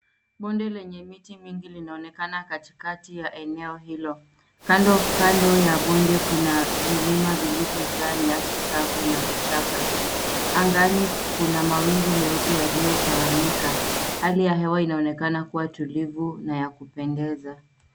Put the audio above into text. Bonde lenye miti mingi linaonekana katikati ya eneo hilo. Kando kando ya bonde kuna vilima vilivyojaa nyasi kavu na vichaka. Angani kuna mawingu meupe yaliyotawanyika. Hali ya hewa inaonekana kuwa tulivu na ya kupendeza.